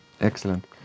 Excellent